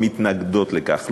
שמתנגדות לכך.